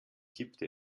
kippte